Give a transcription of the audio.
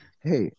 hey